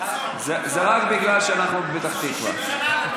זה רק בגלל שאנחנו מפתח תקווה.